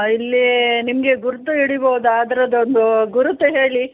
ಇಲ್ಲೀ ನಿಮಗೆ ಗುರುತು ಹಿಡಿಬೋದ ಅದರದೊಂದು ಗುರುತು ಹೇಳಿ